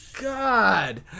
God